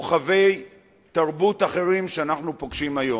מכוכבי תרבות אחרים שאנחנו פוגשים היום,